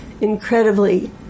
incredibly